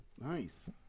nice